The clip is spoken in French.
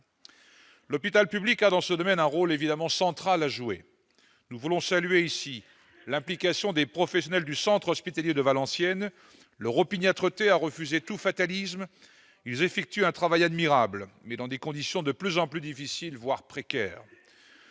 L'hôpital public a, dans ce domaine, un rôle central à jouer. Nous voulons saluer l'implication des professionnels du centre hospitalier de Valenciennes et leur opiniâtreté à refuser tout fatalisme ; ils accomplissent un travail admirable, mais dans des conditions de plus en plus difficiles, voire précaires.